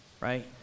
Right